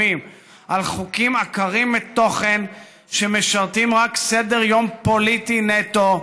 ישראל, רק בגלל שמישהו רוצה לעבור את אחוז החסימה,